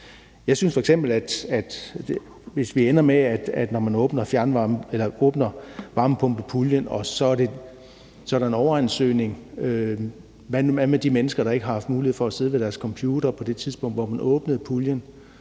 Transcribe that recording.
f.eks. sige, at vi ender med, at der, når man åbner varmepumpepuljen, så er en overansøgning. Hvad med de mennesker, der ikke haft mulighed for at sidde ved deres computer på det tidspunkt, hvor man åbnede puljen?